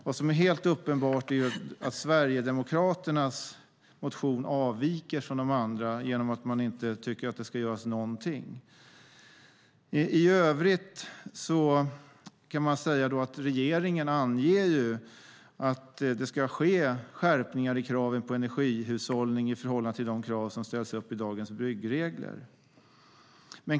Vad som är helt uppenbart är att Sverigedemokraternas motion avviker från de andra genom att man inte tycker att det ska göras någonting. I övrigt kan man säga att regeringen anger att det ska ske skärpningar i kraven på energihushållning i förhållande till de krav som ställs upp i dagens byggregler.